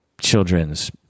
children's